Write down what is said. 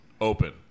open